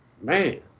Man